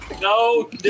No